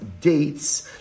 dates